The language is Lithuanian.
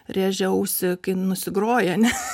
rėžia ausį kai nusigroja ane